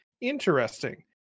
interesting